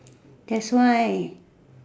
that's why